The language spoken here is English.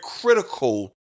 critical